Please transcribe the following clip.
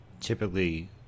typically